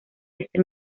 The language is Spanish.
ese